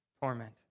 torment